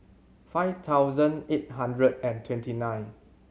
five thousand eight hundred and twenty nine